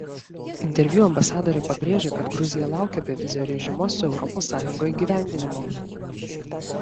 interviu ambasadorė pabrėžė kad gruzija laukia bevizio režimo su europos sąjunga įgyvendinimo